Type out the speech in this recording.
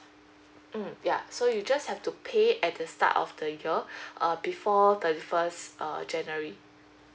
mm yup so you just have to pay at the start of the year err before thirty first err january